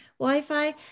Wi-Fi